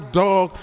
dog